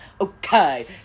okay